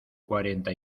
cuarenta